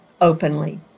openly